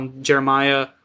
Jeremiah